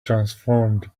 transformed